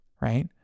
right